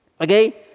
Okay